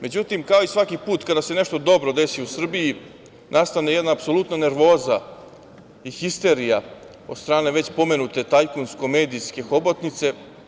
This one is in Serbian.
Međutim, kao i svaki put, kada se nešto dobro desi u Srbiji, nastane jedna apsolutna nervoza i histerija o strane već pomenute tajkunsko-medijske hobotnice.